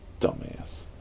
dumbass